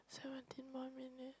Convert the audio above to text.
seventeen more minute